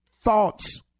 Thoughts